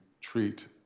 treat